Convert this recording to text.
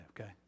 okay